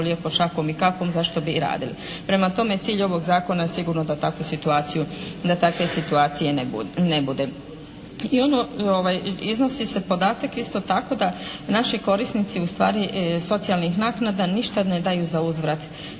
lijepo šakom i kapom zašto bi i radili. Prema tome, cilj ovog zakona je sigurno da takve situacije ne bude. I iznosi se podatak isto tako da naši korisnici ustvari socijalnih naknada ništa ne daju za uzvrat.